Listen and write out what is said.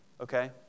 okay